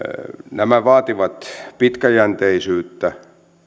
nämä vaativat pitkäjänteisyyttä